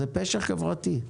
יש פשע חברתי.